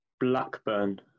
Blackburn